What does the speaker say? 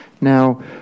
Now